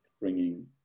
bringing